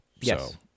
Yes